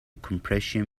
compression